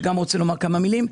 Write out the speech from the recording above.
שגם רוצה לומר כמה מילים,